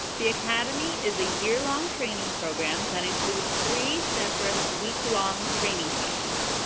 the academy is a year-long training program that includes three separate week long training sessions.